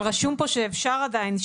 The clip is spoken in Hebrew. אבל רשום פה שאפשר עדיין,